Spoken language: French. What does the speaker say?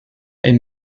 est